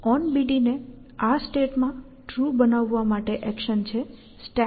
onBD ને આ સ્ટેટમાં ટ્રુ બનાવવા માટે એક્શન છે stackBD